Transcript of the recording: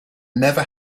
never